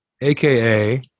AKA